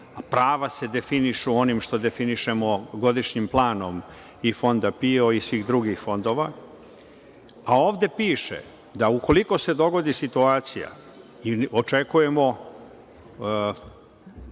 a prava se definišu onim što definišemo godišnjim planom i Fonda PIO i svih drugih fondova. A, ovde piše da ukoliko se dogodi situacija i očekujemo